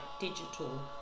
digital